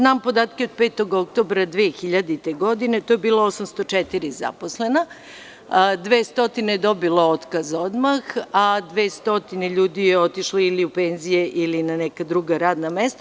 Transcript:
Znam podatke od 5. oktobra 2000. godine, tada je bilo 804 zaposlena, 200 je dobilo otkaz odmah, a 200 ljudi je otišlo ili u penzije ili na neka druga radna mesta.